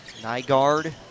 Nygaard